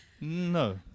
No